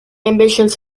ambitions